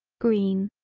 green.